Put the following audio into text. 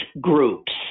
groups